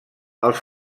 als